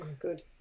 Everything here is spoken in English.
good